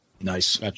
Nice